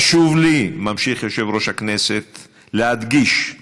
חשוב לי, ממשיך יושב-ראש הכנסת, להדגיש: